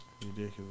ridiculous